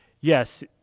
yes